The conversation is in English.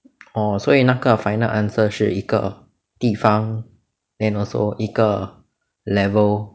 orh 所以那个 final answer 是一个地方 then also 一个 level